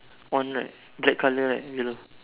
one right black colour right below